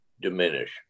diminish